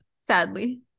Sadly